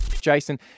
Jason